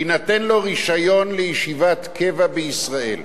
יינתן לו רשיון לישיבת קבע בישראל.